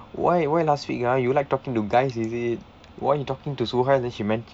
why why last week ah you like talking to guys is it why you talking to suhail then she mention